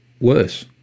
worse